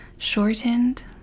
shortened